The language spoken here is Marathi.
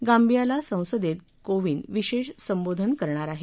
गांबियाला संसदेत कोविंद विशेष संबोधन होणार आहे